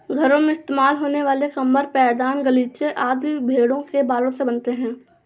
घरों में इस्तेमाल होने वाले कंबल पैरदान गलीचे आदि भेड़ों के बालों से बनते हैं